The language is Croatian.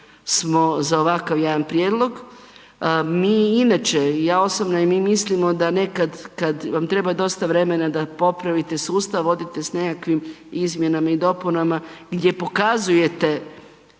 smo za ovakav jedan prijedlog. Mi inače, ja osobno i mi mislimo da nekad kad vam treba dosta vremena da popravite sustav odete s nekakvih izmjenama i dopunama gdje pokazujete